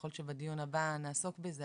אבל יכול להיות שבדיון הבא נעסוק בזה,